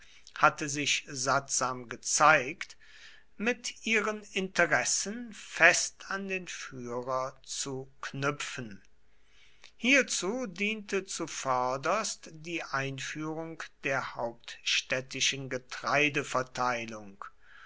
hatte sich sattsam gezeigt mit ihren interessen fest an den führer zu knüpfen hierzu diente zuvörderst die einführung der